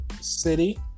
city